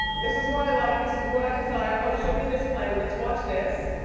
this is what i like, this is what i desire. oh, serena's playing, let's watch this.